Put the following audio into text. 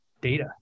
data